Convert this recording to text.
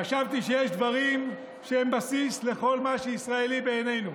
חשבתי שיש דברים שהם בסיס לכל מה שישראלי בעינינו.